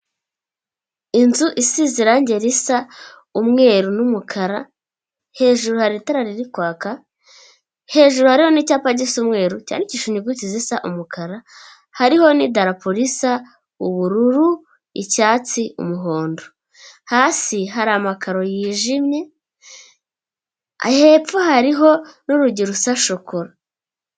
Inzu isize irangi risa umweru n'umukara, hejuru hari itara ririkwaka hejuru hari n'icyapa gisa umweruru inyuguti zisa umukara hariho n'idarapo risa ubururu, icyatsi, umuhondo hasi hari amakaro yijimye hepfo hariho n'urugero rusa shokora.